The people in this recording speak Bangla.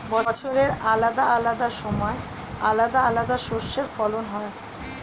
বছরের আলাদা আলাদা সময় আলাদা আলাদা শস্যের ফলন হয়